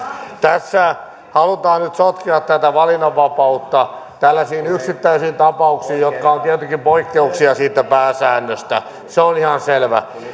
tässä halutaan nyt sotkea tätä valinnanvapautta tällaisiin yksittäisiin tapauksiin jotka ovat tietenkin poikkeuksia siitä pääsäännöstä se on ihan selvä